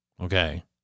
Okay